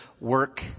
work